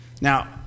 Now